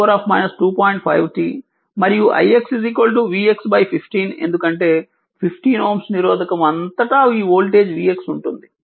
5 t మరియు ix vx 15 ఎందుకంటే 15Ω నిరోధకత అంతటా వోల్టేజ్ vx ఉంటుంది